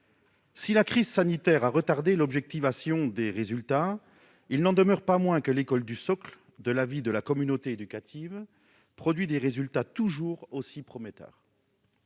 Si la crise sanitaire a retardé l'objectivation des résultats, il n'en demeure pas moins que l'école du socle, de l'avis de la communauté éducative, produit des résultats toujours aussi prometteurs.